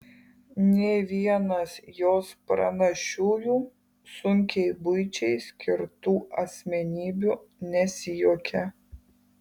nė vienas jos pranašiųjų sunkiai buičiai skirtų asmenybių nesijuokia